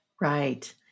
Right